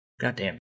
Goddamn